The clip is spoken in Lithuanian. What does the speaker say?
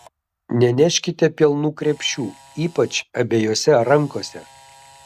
neneškite pilnų krepšių ypač abiejose rankose